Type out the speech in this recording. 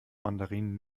mandarinen